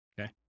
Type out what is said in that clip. okay